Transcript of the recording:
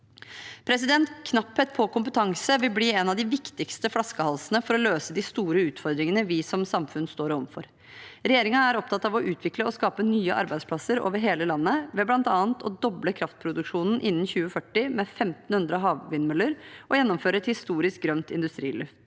utvikling. Knapphet på kompetanse vil bli en av de viktigste flaskehalsene for å løse de store utfordringene vi som samfunn står overfor. Regjeringen er opptatt av å utvikle og skape nye arbeidsplasser over hele landet, bl.a. ved å doble kraftproduksjonen innen 2040 med 1 500 havvindmøller og å gjennomføre et historisk grønt industriløft.